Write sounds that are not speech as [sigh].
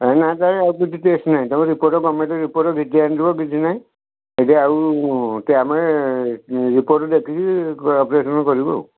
ହଁ ନା ସାର୍ ଆଉ କିଛି ଟେଷ୍ଟ ନାହିଁ ତମେ ରିପୋର୍ଟ ଗଭ୍ମେଣ୍ଟ ରିପୋର୍ଟ [unintelligible] ଆଣିଥିବ କିଛି ନାଇଁ ଏଠି ଆଉ ଟି ଆମେ ଉଁ ରିପୋର୍ଟ ଦେଖିକି ଅପରେସନ୍ କରିବୁ ଆଉ